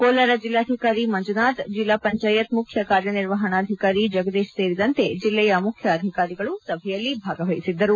ಕೋಲಾರ ಜಿಲ್ಲಾಧಿಕಾರಿ ಮಂಜುನಾಥ್ ಜಿಲ್ಲಾ ಪಂಚಾಯತ್ ಮುಖ್ಯ ಕಾರ್ಯನಿರ್ವಹಣಾಧಿಕಾರಿ ಜಗದೀಶ್ ಸೇರಿದಂತೆ ಜಿಲ್ಲೆಯ ಮುಖ್ಯ ಅಧಿಕಾರಿಗಳು ಸಭೆಯಲ್ಲಿ ಭಾಗವಹಿಸಿದ್ದರು